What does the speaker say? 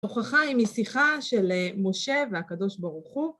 הוכחה היא משיחה של משה והקדוש ברוך הוא.